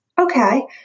Okay